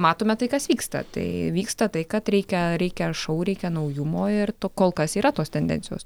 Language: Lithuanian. matome tai kas vyksta tai vyksta tai kad reikia reikia šou reikia naujumo ir to kol kas yra tos tendencijos